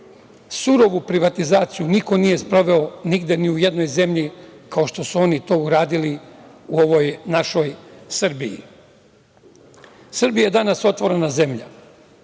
surovu privatizaciju niko nije sproveo nigde ni u jednoj zemlji kao što su oni to uradili u ovoj našoj Srbiji. Srbija je danas otvorena zemlja.